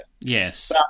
Yes